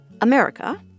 America